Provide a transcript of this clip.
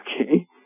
okay